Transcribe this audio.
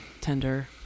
tender